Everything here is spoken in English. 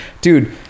dude